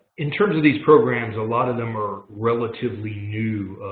in terms of these programs, a lot of them are relatively new.